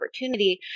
opportunity